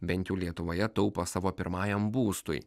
bent jau lietuvoje taupo savo pirmajam būstui